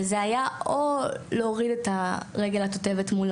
וזה היה או להוריד את הרגל התותבת מול